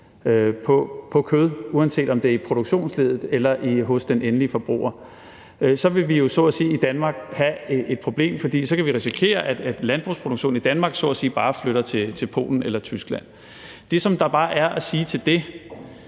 på kød, uanset om det er i produktionsleddet eller hos den endelige forbruger? Så vil vi jo i Danmark have et problem, fordi vi så kan risikere, at landbrugsproduktionen i Danmark så at sige bare flytter til Polen eller Tyskland. Det, som der bare er at sige til det,